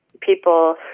people